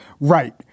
Right